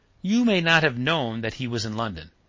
you may not have known that he was in london,